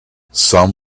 some